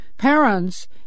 Parents